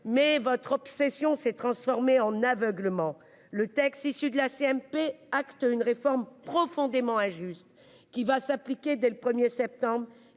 mais votre obsession s'est transformée en aveuglement. Le texte issu de la CMP acte une réforme profondément injuste, qui va s'appliquer dès le 1 septembre